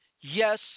Yes